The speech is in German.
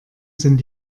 sind